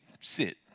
sit